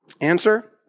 answer